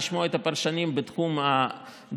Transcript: לשמוע את הפרשנים בתחום הדיור.